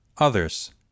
others